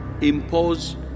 impose